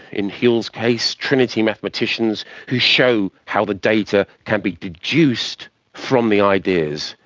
in whewell's case, trinity mathematicians who show how the data can be deduced from the ideas.